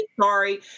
sorry